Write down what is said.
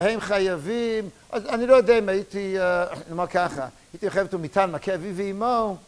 הם חייבים, אז אני לא יודע אם הייתי, נאמר ככה, הייתי מחייב אותו מיתה על מכה אביו ואמו